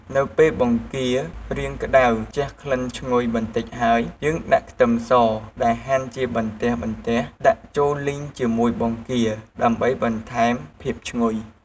នៅពេលបង្គារៀងក្ដៅជះក្លិនឈ្ងុយបន្តិចហើយ យើងដាក់ខ្ទឺមសដែលហាន់ជាបន្ទះៗដាក់ចូលលីងជាមួយបង្គាដើម្បីបន្ថែមភាពឈ្ងុយ។